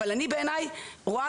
אבל אני בעיני רואה,